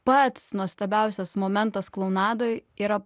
pats nuostabiausias momentas klounadoj yra